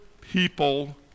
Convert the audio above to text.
people